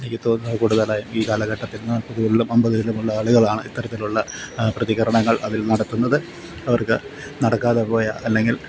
എനിക്ക് തോന്നുന്നത് കൂടുതലായും ഈ കാലഘട്ടത്തിൽ നിന്ന് ഇരുപതുകളിലും അമ്പതിലുമുള്ള ആളുകളാണ് ഇത്തരത്തിലുള്ള പ്രതികരണങ്ങൾ അതിൽ നടത്തുന്നത് അവർക്ക് നടക്കാതെ പോയ അല്ലെങ്കിൽ